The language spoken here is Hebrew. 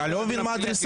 אני לא מבין מה הדריסה